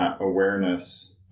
awareness